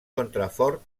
contrafort